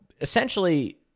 essentially